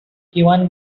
ivan